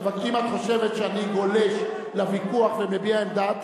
אם את חושבת שאני גולש לוויכוח ומביע עמדה,